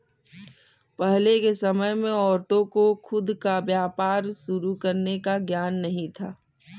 पहले के समय में औरतों को खुद का व्यापार शुरू करने का ज्ञान ही नहीं था